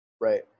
Right